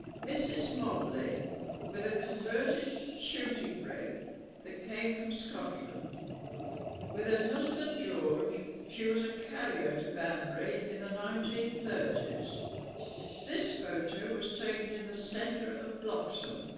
mrs mobley with a converted shooting-brake that came from scotland with her ah husband george she was a carrier to banbury in the nineteen thirty s this photo was taken in the centre of bloxham